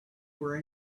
were